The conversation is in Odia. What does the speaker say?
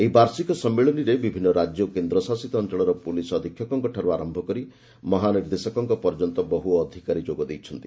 ଏହି ବାର୍ଷିକ ସମ୍ମିଳନୀରେ ବିଭିନ୍ନ ରାଜ୍ୟ ଓ କେନ୍ଦ୍ରଶାସିତ ଅଞ୍ଚଳର ପୁଲିସ୍ ଅଧୀକ୍ଷକଙ୍କଠାରୁ ଆରମ୍ଭ କରି ମହାନିର୍ଦ୍ଦେଶକଙ୍କ ପର୍ଯ୍ୟନ୍ତ ବହ୍ତ ଅଧିକାରୀ ଯୋଗ ଦେଇଛନ୍ତି